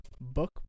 Book